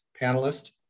panelist